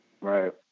Right